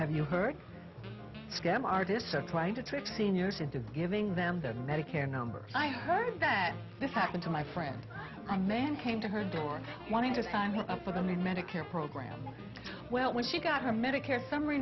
have you heard scam artists are quite a trip for seniors into giving them the medicare number i heard that this happened to my friend a man came to her door wanting to sign up for the medicare program well when she got her medicare summary